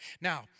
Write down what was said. Now